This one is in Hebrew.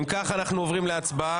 אם כך, אנחנו עוברים להצבעה.